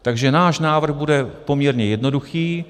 Takže náš návrh bude poměrně jednoduchý.